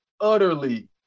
utterly